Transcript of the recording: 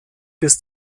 bis